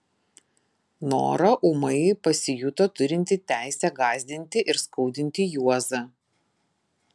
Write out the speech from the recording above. nora ūmai pasijuto turinti teisę gąsdinti ir skaudinti juozą